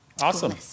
Awesome